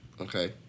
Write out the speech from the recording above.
Okay